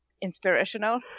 inspirational